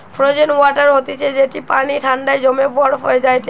frozen water হতিছে যেটি পানি ঠান্ডায় জমে বরফ হয়ে যায়টে